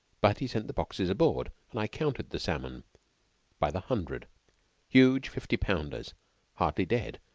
but he sent the boxes aboard, and i counted the salmon by the hundred huge fifty-pounders hardly dead,